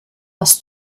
was